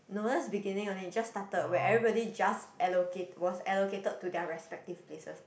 no that's beginning only just started where everybody just allocate was allocated to their respective places